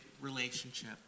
relationship